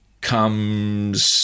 comes